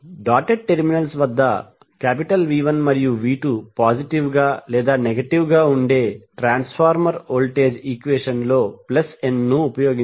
dotted terminals వద్ద V1 మరియు V2 positive గా లేదా నెగటివ్ గా ఉంటే ట్రాన్స్ఫార్మర్ వోల్టేజ్ ఈక్వెషన్ లో n ను ఉపయోగించండి